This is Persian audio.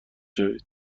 شوید